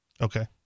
Okay